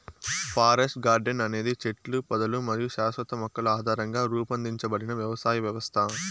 forest garden అనేది చెట్లు, పొదలు మరియు శాశ్వత మొక్కల ఆధారంగా రూపొందించబడిన వ్యవసాయ వ్యవస్థ